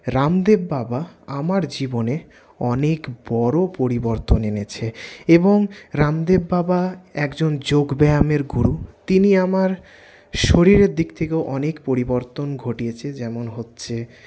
রামদেব বাবা আমার জীবনে অনেক বড় পরিবর্তন এনেছে এবং রামদেব বাবা একজন যোগব্যায়ামের গুরু তিনি আমার শরীরের দিক থেকেও অনেক পরিবর্তন ঘটিয়েছে যেমন হচ্ছে